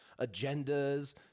agendas